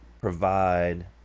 provide